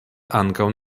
ankaŭ